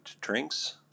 drinks